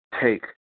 take